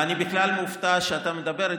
ואני בכלל מופתע שאתה מדבר איתי,